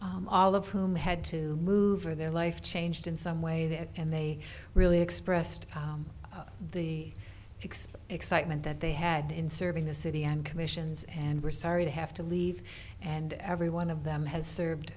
silva all of whom had to move or their life changed in some way there and they really expressed the expo excitement that they had in serving the city and commissions and were sorry to have to leave and every one of them has served